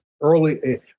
early